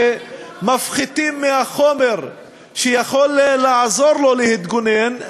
ומפחיתים מהחומר שיכול לעזור לו להתגונן,